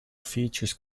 features